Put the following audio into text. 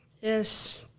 Yes